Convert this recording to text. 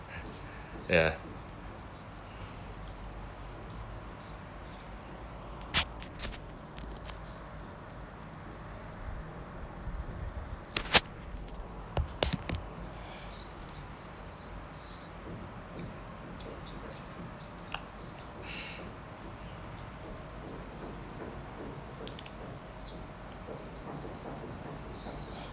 ya